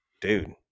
Dude